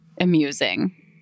amusing